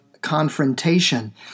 confrontation